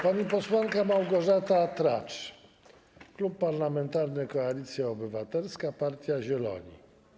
Pani posłanka Małgorzata Tracz, Klub Parlamentarny Koalicja Obywatelska, partia Zieloni.